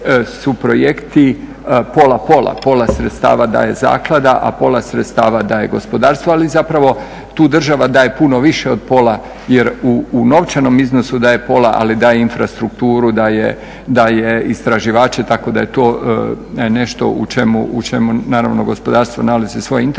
su projekti pola pola. Pola sredstava daje zaklada a pola sredstava daje gospodarstvo, ali zapravo tu država daje puno više od pola jer u novčanom iznosu daje pola, ali daje infrastrukturu, daje istraživače itd. to je nešto u čemu, u čemu naravno gospodarstvo nalazi svoj interes.